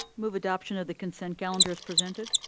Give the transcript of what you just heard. move adoption of the consent calendars presented.